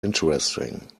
interesting